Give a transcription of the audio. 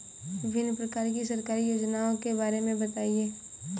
विभिन्न प्रकार की सरकारी योजनाओं के बारे में बताइए?